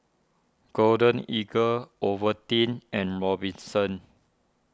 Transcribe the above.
Golden Eagle Ovaltine and Robinsons